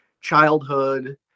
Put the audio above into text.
childhood